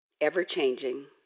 Ever-changing